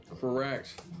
Correct